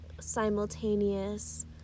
simultaneous